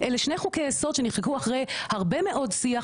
אלה שני חוקי יסוד שנחקקו אחרי הרבה מאוד שיח,